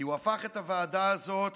כי הוא הפך את הוועדה הזאת